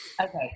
okay